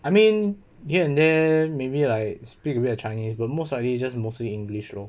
I mean here and then maybe like speak a bit of chinese but most likely just mostly english lor